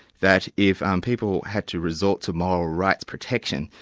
that if um people had to resort to moral rights protection,